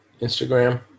Instagram